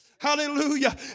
Hallelujah